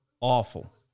awful